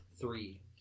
Three